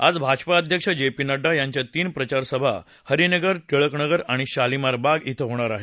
आज भाजपा अध्यक्ष J P Nadda यांच्या तीन प्रचारसभा हरीनगर टिळकनगर आणि शालिमार बाग इथं होणार आहेत